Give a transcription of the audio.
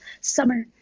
summer